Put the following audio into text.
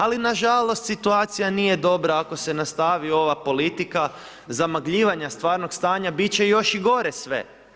Ali, na žalost situacija nije dobra ako se nastavi ova politika zamagljivanja stvarnog stanja, biti će još i gore sve.